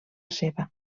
seva